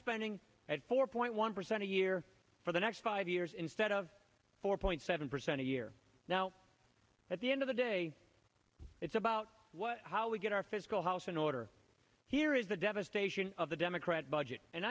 spending at four point one percent a year for the next five years instead of four point seven percent a year now at the end of the day it's about what how we get our fiscal house in order here is the devastation of the democrat budget and